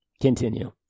continue